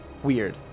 Weird